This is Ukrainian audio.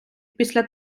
після